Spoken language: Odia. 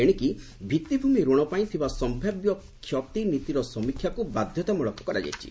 ଏଣିକି ଭିଭିମି ଋଣ ପାଇଁ ଥିବା ସମ୍ଭାବ୍ୟ କ୍ଷତି ନୀତିର ସମୀକ୍ଷାକୁ ବାଧ୍ୟତାମୂଳକ କରାଯାଇଛି